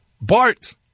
Bart